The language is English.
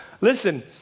Listen